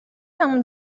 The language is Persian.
همون